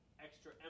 extra